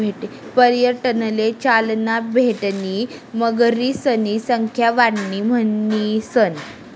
पर्यटनले चालना भेटणी मगरीसनी संख्या वाढणी म्हणीसन